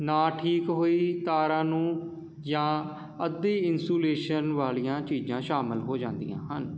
ਨਾ ਠੀਕ ਹੋਈ ਤਾਰਾਂ ਨੂੰ ਜਾਂ ਅੱਧੀ ਇੰਸੂਲੇਸ਼ਨ ਵਾਲੀਆਂ ਚੀਜ਼ਾਂ ਸ਼ਾਮਿਲ ਹੋ ਜਾਂਦੀਆਂ ਹਨ